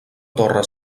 torre